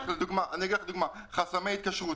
לדוגמא, חסמי התקשרות,